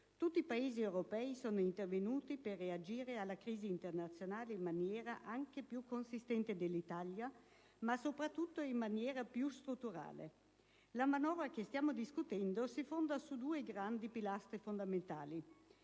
Tutti i Paesi europei sono intervenuti per reagire alla crisi internazionale in maniera anche più consistente dell'Italia, ma soprattutto in maniera più strutturale. La manovra che stiamo discutendo si fonda su due grandi pilastri fondamentali: